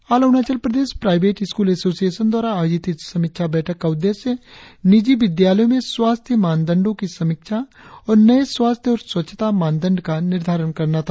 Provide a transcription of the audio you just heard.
all Arunachal Pradesh private school association द्वारा आयोजित इस समीक्षा बैठक का उद्देश्य निजी विद्यालयो में स्वास्थ्य मानदण्डो की समीक्षा और नये स्वास्थ्य और स्वच्छता मापदण्ड का निर्धारण करना था